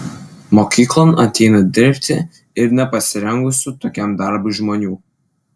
mokyklon ateina dirbti ir nepasirengusių tokiam darbui žmonių